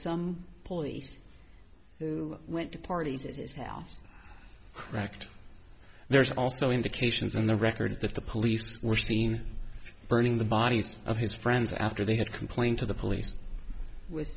some police who went to parties is now correct there's also indications in the records that the police were seen burning the bodies of his friends after they had complained to the police with